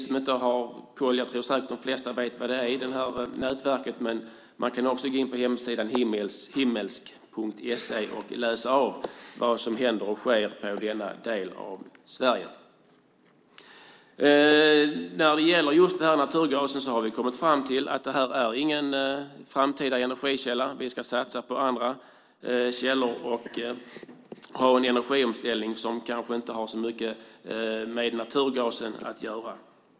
De flesta känner nog till detta nätverk, men man kan gå in på hemsidan himmelsk.se och läsa om vad som händer och sker i denna del av Sverige. När det gäller just naturgasen har vi kommit fram till att den inte är någon framtida energikälla. Vi ska satsa på andra källor och en energiomställning som kanske inte har så mycket med naturgasen att göra.